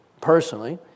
personally